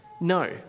No